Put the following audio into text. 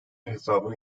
hesabını